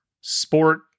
Sport